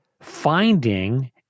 finding